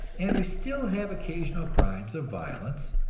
and we still have occasional crimes of violence,